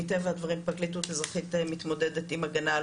מטבע הדברים פרקליטות אזרחית מתמודדת עם הגנה על